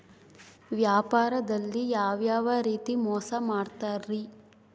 ವ್ಯಾಪಾರದಲ್ಲಿ ಯಾವ್ಯಾವ ರೇತಿ ಮೋಸ ಮಾಡ್ತಾರ್ರಿ?